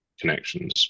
connections